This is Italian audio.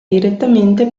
direttamente